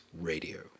Radio